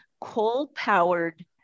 coal-powered